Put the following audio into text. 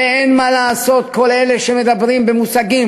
ואין מה לעשות, כל אלה שמדברים במושגים: